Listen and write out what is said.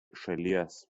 šalies